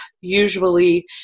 usually